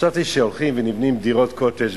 חשבתי שהולכות ונבנות דירות קוטג',